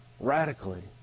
radically